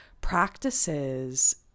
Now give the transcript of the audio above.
practices